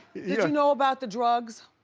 you know about the drugs?